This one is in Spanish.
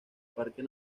parque